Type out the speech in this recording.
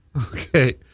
Okay